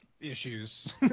issues